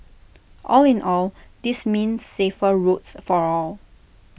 all in all this means safer roads for all